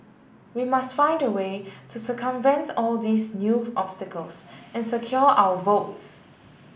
we must find a way to circumvent all these new obstacles and secure our votes